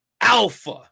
Alpha